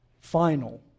final